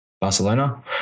Barcelona